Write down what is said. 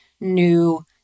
new